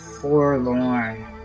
forlorn